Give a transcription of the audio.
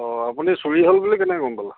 অঁ আপুনি চুৰি হ'ল বুলি কেনেকৈ গম পালে